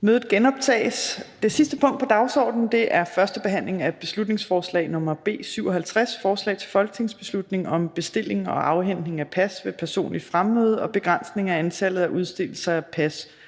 (Kl. 17:50). --- Det sidste punkt på dagsordenen er: 9) 1. behandling af beslutningsforslag nr. B 57: Forslag til folketingsbeslutning om bestilling og afhentning af pas ved personligt fremmøde og begrænsning af antallet af udstedelser af pas